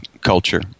culture